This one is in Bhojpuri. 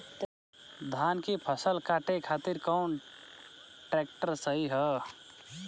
धान के फसल काटे खातिर कौन ट्रैक्टर सही ह?